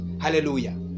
Hallelujah